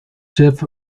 jeff